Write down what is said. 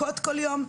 מכות כל יום,